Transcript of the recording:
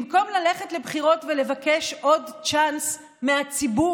במקום ללכת לבחירות ולבקש עוד צ'אנס מהציבור,